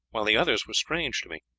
while the others were strange to me.